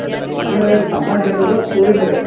ಅಂದರೆ ಸಾಮಾನ್ಯ ಜನ್ರದ್ದೋ ಸ್ಕೂಲಿಂದೋ ರೀ